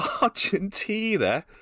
Argentina